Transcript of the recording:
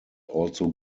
also